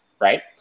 right